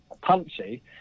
punchy